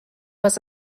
was